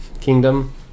kingdom